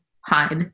hide